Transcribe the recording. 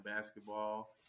basketball